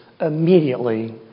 immediately